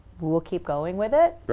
we'll keep going with it.